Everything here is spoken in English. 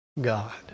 God